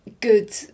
good